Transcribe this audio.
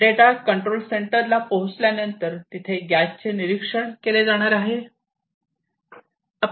data control सेंटरला पोहोचल्या नंतर तेथे गॅसचे निरीक्षण केले जाणार आहे